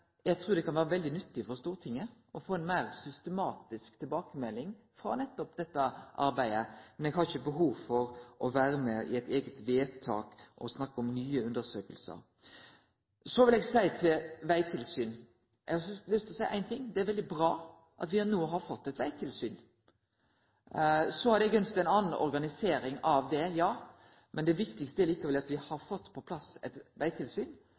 eg trur det kan vere veldig nyttig for Stortinget å få ei meir systematisk tilbakemelding frå nettopp dette arbeidet. Men eg har ikkje behov for å vere med på eit eige vedtak og snakke om nye undersøkingar. Når det gjeld vegtilsyn, har eg lyst til å seie ein ting: Det er veldig bra at me no har fått eit vegtilsyn. Så hadde eg ønskt ei anna organisering av det, men det viktigaste er likevel at me har fått på plass eit